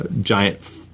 giant